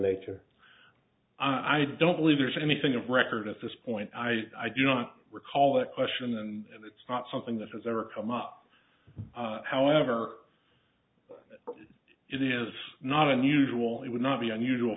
nature i don't believe there's anything of record at this point i i do not recall that question and it's not something that has ever come up however it is not unusual it would not be unusual